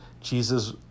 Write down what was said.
Jesus